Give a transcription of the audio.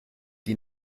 die